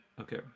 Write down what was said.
Okay